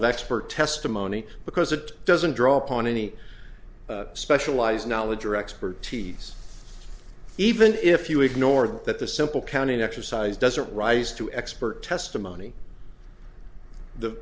of expert testimony because it doesn't draw upon any specialized knowledge or expertise even if you ignore that the simple counting exercise doesn't rise to expert testimony the